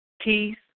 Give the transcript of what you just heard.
peace